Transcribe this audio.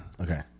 Okay